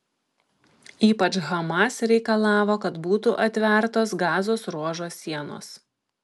ypač hamas reikalavo kad būtų atvertos gazos ruožo sienos